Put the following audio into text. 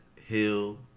Hill